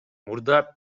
мурда